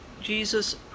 Jesus